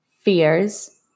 fears